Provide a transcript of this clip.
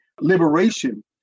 liberation